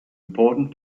important